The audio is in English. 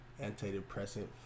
antidepressant